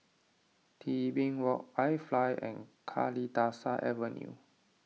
Tebing Walk iFly and Kalidasa Avenue